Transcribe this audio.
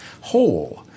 whole